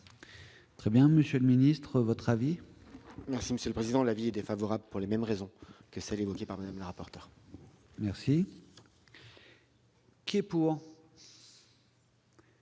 Très bien monsieur le ministre, votre avis. Merci Monsieur le Président, l'avis est défavorable pour les mêmes raisons que celles évoquées par le maire appartenant. Merci. Qui est pour.